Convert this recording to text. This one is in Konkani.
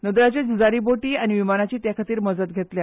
नौदळाच्यो झुजारी बोटी आनी विमानाची तेखातीर मजत घेतल्या